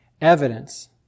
evidence